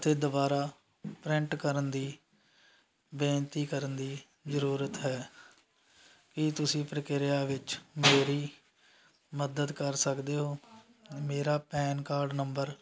ਅਤੇ ਦੁਬਾਰਾ ਪ੍ਰਿੰਟ ਕਰਨ ਦੀ ਬੇਨਤੀ ਕਰਨ ਦੀ ਜ਼ਰੂਰਤ ਹੈ ਕੀ ਤੁਸੀਂ ਪ੍ਰਕਿਰਿਆ ਵਿੱਚ ਮੇਰੀ ਮਦਦ ਕਰ ਸਕਦੇ ਹੋ ਮੇਰਾ ਪੈਨ ਕਾਰਡ ਨੰਬਰ